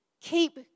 keep